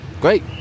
great